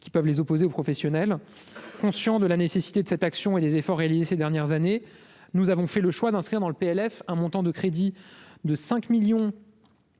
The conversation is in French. qui peuvent les opposer aux professionnels conscients de la nécessité de cette action et les efforts réalisés ces dernières années, nous avons fait le choix d'inscrire dans le PLF un montant de crédit de 5 1000000